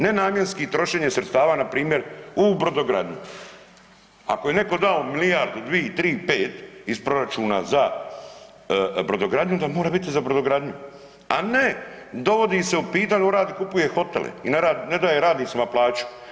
Nenamjenski trošenje sredstava npr. u brodogradnji, ako je netko dao milijardu 2, 3, 5 iz proračuna za brodogradnju onda mora biti za brodogradnju, a ne dovodi se u pitanje, on kupuje hotele i ne daje radnicima plaću.